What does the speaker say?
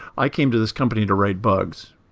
i came to this company to write bugs.